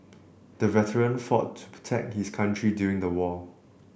the veteran fought to protect his country during the war